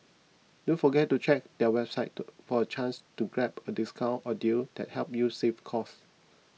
don't forget to check their website for a chance to grab a discount or deal that help you save cost